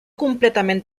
completament